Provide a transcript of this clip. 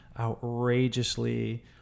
outrageously